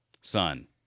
Son